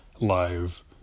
live